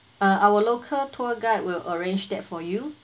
our our local tour guide will arrange that for you